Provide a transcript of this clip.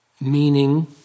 meaning